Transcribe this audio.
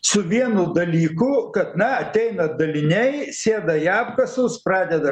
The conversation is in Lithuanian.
su vienu dalyku kad na ateina daliniai sėda į apkasus pradeda